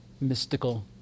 mystical